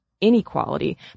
inequality